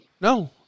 No